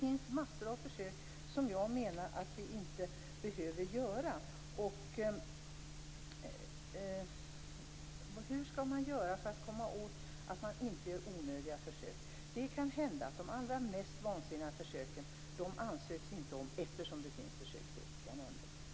När det gäller homosexförsök, som Gudrun Lindvall uttryckte det, kan jag inte ha en uppfattning enbart på grundval av det hon sade. Om Gudrun Lindvall menar att man utifrån ytterst ytliga informationer skall kunna bilda sig en uppfattning och svara på om någonting är berättigat eller inte, instämmer jag inte i en sådan definition av vad en etisk prövning egentligen innebär.